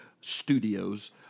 studios